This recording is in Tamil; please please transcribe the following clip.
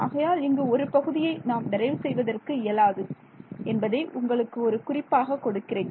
ஆகையால் இங்கு ஒரு பகுதியை நாம் டெரைவ் செய்வதற்கு இயலாது என்பதை உங்களுக்கு ஒரு குறிப்பாக கொடுக்கிறேன்